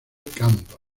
camp